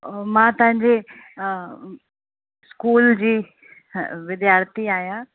मां तव्हांजे स्कूल जी विधार्थी आहियां